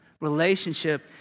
relationship